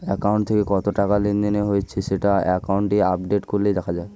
account থেকে কত টাকা লেনদেন হয়েছে সেটা অ্যাকাউন্ট আপডেট করলে দেখা যায়